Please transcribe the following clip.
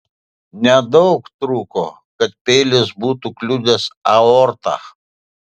nedaug trūko kad peilis būtų kliudęs aortą